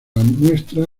muestra